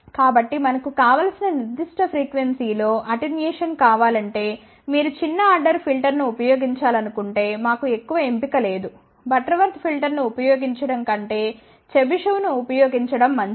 కాబట్టి మనకు కావలసిన నిర్దిష్ట ఫ్రీక్వెన్సీ లో అటెన్యుయేషన్ కావాలంటే మీరు చిన్న ఆర్డర్ ఫిల్టర్ను ఉపయోగించాలనుకుంటే మాకు ఎక్కువ ఎంపిక లేదు బటర్వర్త్ ఫిల్టర్ను ఉపయోగించడం కంటే చెబిషెవ్ను ఉపయోగించడం మంచిది